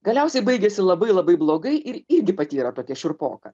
galiausiai baigėsi labai labai blogai ir irgi patyrė tokią šiurpoką